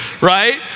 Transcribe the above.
right